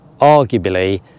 arguably